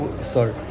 sorry